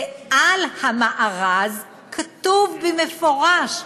ועל המארז כתוב במפורש,